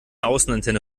außenantenne